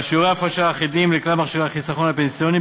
שיעורי הפרשה אחידים לכלל מכשירי החיסכון הפנסיוני,